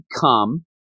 come